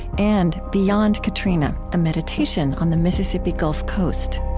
and beyond katrina a meditation on the mississippi gulf coast